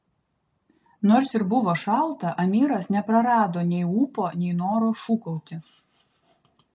nors ir buvo šalta amiras neprarado nei ūpo nei noro šūkauti